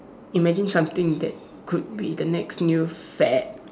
imagine something that could be the next new fad